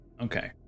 Okay